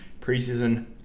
preseason